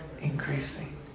increasing